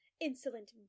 Insolent